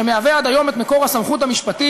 שמהווה עד היום את מקור הסמכות המשפטי